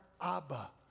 Abba